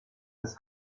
his